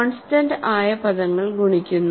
constant ആയ പദങ്ങൾ ഗുണിക്കുന്നു